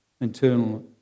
internal